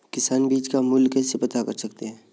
किसान बीज का मूल्य कैसे पता कर सकते हैं?